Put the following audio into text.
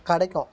கிடைக்கும்